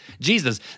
Jesus